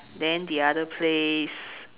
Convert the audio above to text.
then the other place